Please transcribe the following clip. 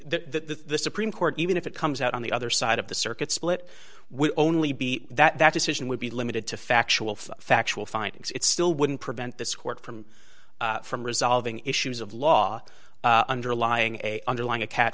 that the supreme court even if it comes out on the other side of the circuit split would only be that decision would be limited to factual factual findings it still wouldn't prevent this court from from resolving issues of law underlying a underlying a cat